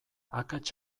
akats